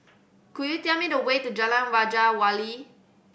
could you tell me the way to Jalan Waja Wali